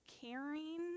caring